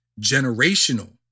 generational